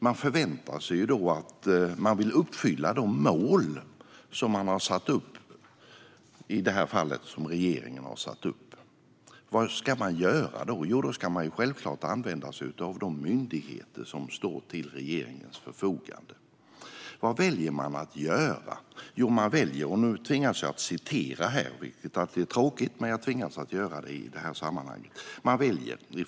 Man förväntar sig då att regeringen vill uppfylla de mål som den har satt upp. Vad ska regeringen då göra? Jo, den ska självklart använda sig av de myndigheter som står till dess förfogande. Vad väljer då regeringen att göra? Nu tvingas jag att citera, vilket alltid är tråkigt, men jag väljer att göra det i det här sammanhanget.